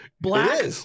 Black